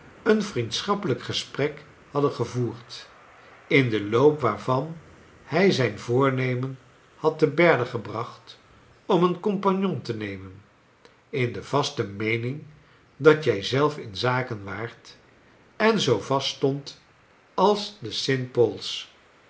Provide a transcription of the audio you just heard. een vriendschappelijk gesprek hadden gevoerd in den loop waai van hij zijn voornemen had te berde gebracht om een compagnon te nemen in de vaste meening dat jij zelf in zak en waart en zoo vast stondt als de